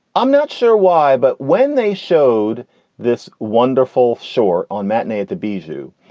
i'm not sure why, but when they showed this wonderful shore on matinee at the bijou,